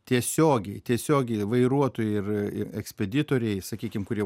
tiesiogiai tiesiogiai vairuotojai ir ir ekspeditoriai sakykim kurie